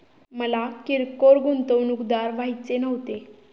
मला किरकोळ गुंतवणूकदार व्हायचे नव्हते